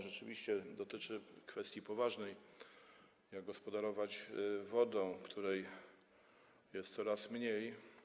Rzeczywiście dotyczy ono kwestii poważnej: jak gospodarować wodą, której jest coraz mniej.